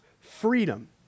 freedom